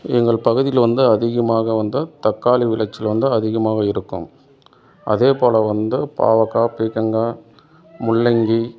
எங்கள் பகுதியில் வந்து அதிகமாக வந்து தக்காளி விளைச்சல் வந்து அதிகமாக இருக்கும் அதே போல் வந்து பாகக்கா பீர்க்கங்கா முள்ளங்கி